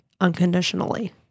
unconditionally